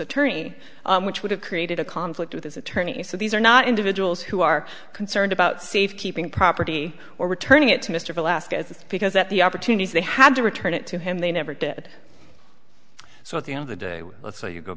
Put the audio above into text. attorney which would have created a conflict with his attorney so these are not individuals who are concerned about safety pin property or returning it to mr velazquez because that the opportunities they had to return it to him they never did so at the end of the day let's say you go